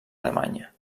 alemanya